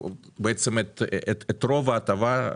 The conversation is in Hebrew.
את רוב ההטבה,